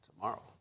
tomorrow